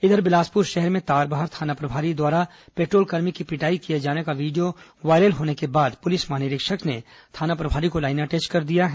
इधर बिलासपुर शहर में तारबहार थाना प्रभारी द्वारा पेट्रोल कर्मी की पिटाई किए जाने का वीडियो वायरल होने के बाद पुलिस महानिरीक्षक ने थाना प्रभारी को लाईन अटैच कर दिया है